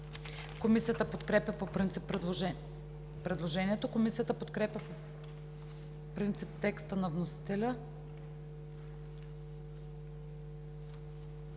Комисията подкрепя по принцип предложението. Комисията подкрепя по принцип текста на вносителя